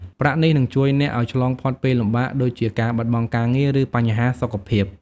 ប្រាក់នេះនឹងជួយអ្នកឱ្យឆ្លងផុតពេលលំបាកដូចជាការបាត់បង់ការងារ ឬបញ្ហាសុខភាព។